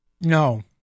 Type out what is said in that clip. No